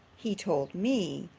he told me,